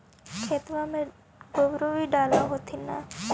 खेतबा मर गोबरो भी डाल होथिन न?